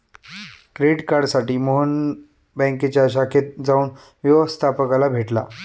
credit कार्डसाठी मोहन बँकेच्या शाखेत जाऊन व्यवस्थपकाला भेटला